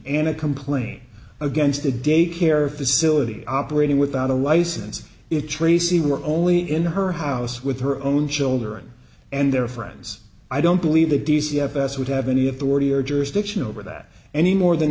and a complaint against a daycare facility operating without a license it tracey were only in her house with her own children and their friends i don't believe the d c fs would have any authority or jurisdiction over that any more than